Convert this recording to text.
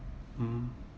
mm